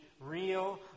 real